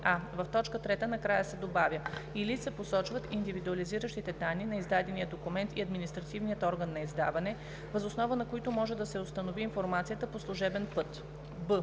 а) в т. 3 накрая се добавя „или се посочват индивидуализиращите данни на издадения документ и административният орган на издаване, въз основа на които може да се установи информацията по служебен път“;